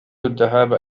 الذهاب